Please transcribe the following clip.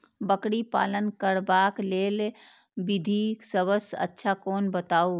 बकरी पालन करबाक लेल विधि सबसँ अच्छा कोन बताउ?